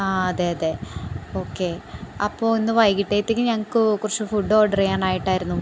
അതെ അതെ ഓക്കെ അപ്പോള് ഇന്ന് വൈകിട്ടേത്തേക്ക് ഞങ്ങള്ക്ക് കുറച്ച് ഫുഡ് ഓഡർ ചെയ്യാനായിട്ടായിരുന്നു